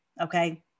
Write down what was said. Okay